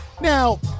Now